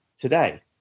today